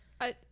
I-